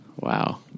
wow